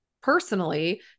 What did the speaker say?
Personally